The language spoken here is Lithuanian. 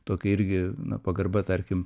tokia irgi na pagarba tarkim